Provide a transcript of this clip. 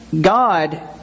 God